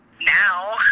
now